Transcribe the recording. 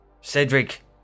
Cedric